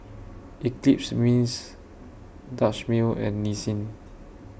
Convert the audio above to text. Eclipse Mints Dutch Mill and Nissin